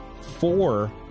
four